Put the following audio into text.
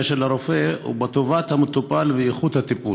של הרופא ובטובת המטופל ואיכות הטיפול.